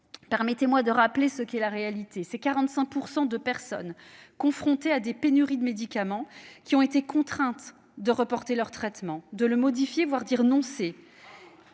permettez-moi de rappeler ce qu'est la réalité : 45 % des personnes confrontées à des pénuries de médicaments ont été contraintes de reporter leur traitement, de le modifier, voire d'y renoncer.